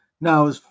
Now